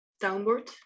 downward